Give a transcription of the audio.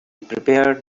prepared